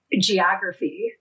geography